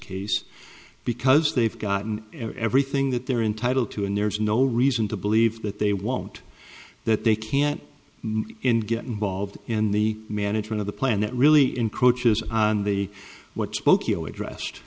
case because they've gotten everything that they're entitled to and there's no reason to believe that they won't that they can't get involved in the management of the plan that really encroaches on the what